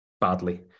badly